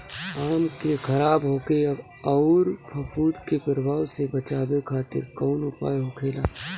आम के खराब होखे अउर फफूद के प्रभाव से बचावे खातिर कउन उपाय होखेला?